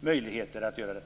möjligheter att göra det?